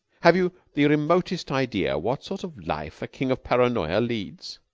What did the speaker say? have you the remotest idea what sort of life a king of paranoya leads?